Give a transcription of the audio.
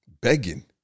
Begging